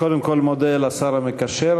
קודם כול מודה לשר המקשר.